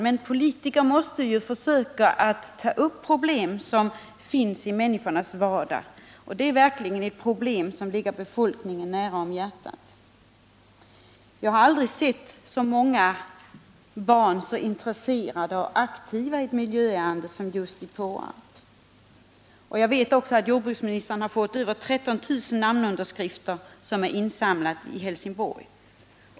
Men politiker måste ta upp problem som finns i människornas vardag. Och detta är verkligen en fråga som ligger befolkningen nära om hjärtat. Jag har aldrig sett så många barn intresserat och aktivt ta del av ett miljöärende som just nu i Påarp. Jag vet också att jordbruksministern fått över 13000 namnunderskrifter, som samlats in i Helsingborg.